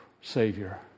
Savior